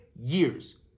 years